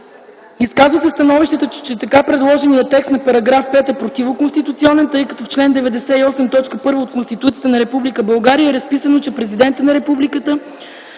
Изказа се становище, че така предложеният текст на § 5 е противоконституционен, тъй като в чл. 98, т. 1 от Конституцията на Република България е разписано, че Президентът на